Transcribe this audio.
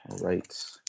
right